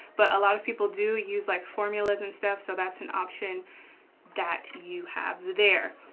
but a lot of people do use like formulas and stuff. so that's an option that you have there.